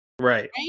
Right